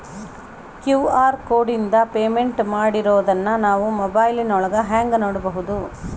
QR ಕೋಡಿಂದ payment ಮಾಡಿರೋದನ್ನ ನಾವು ಮೊಬೈಲಿನೊಳಗ ಹೆಂಗ ನೋಡಬಹುದು?